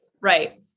Right